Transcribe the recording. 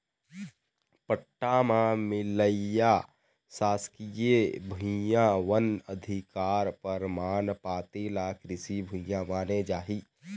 पट्टा म मिलइया सासकीय भुइयां, वन अधिकार परमान पाती ल कृषि भूइया माने जाही